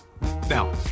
Now